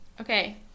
Okay